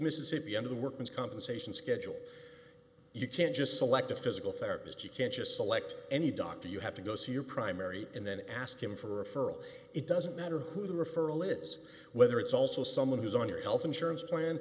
mississippi under the workman's compensation schedule you can't just select a physical therapist you can't just select any doctor you have to go see your primary and then ask him for a referral it doesn't matter who the referral is whether it's also someone who's on your health insurance plan